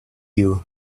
you